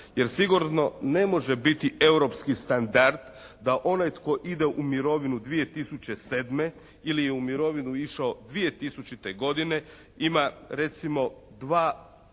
jer sigurno ne može biti europski standard da onaj tko ide u mirovinu 2007. ili je u mirovinu išao 2000. godine ima recimo 2